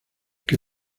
que